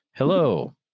Hello